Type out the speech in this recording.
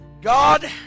God